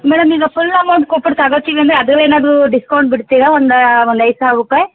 madam ಈಗ full amount ಕೊಟ್ಬಿಟ್ ತಗತ್ತೀವಿ ಅಂದರೆ ಅದ್ರಲ್ಲಿ ಏನಾದರು ಡಿಸ್ಕೌಂಟ್ ಬಿಡ್ತೀರ ಒಂದು ಒಂದು ಐದು ಸಾವಿರ ರೂಪಾಯಿ